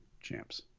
champs